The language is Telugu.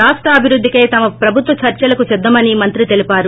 రాష్టాభివృద్దికై తమ ప్రభుత్వం చర్సలకు సిద్దమని మంత్రి తెలిపారు